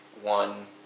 one